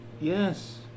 Yes